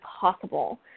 possible